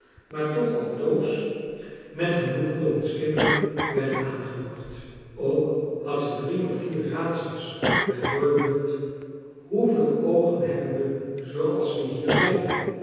maar toch altoos met genoegen door ons kinderen werden aangehoord ook had ze drie of vier raadsels bij voorbeeld hoeveel oogen hebben we zooals we hier zijn